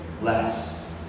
less